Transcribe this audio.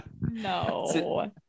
No